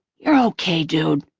you're okay, dude.